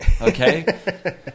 okay